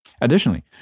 Additionally